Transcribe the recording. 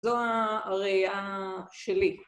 ‫זו הראייה שלי.